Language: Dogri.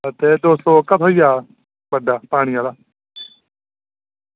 ते दौ सौ ओह्का थ्होई जा बड्डा पानी आह्ला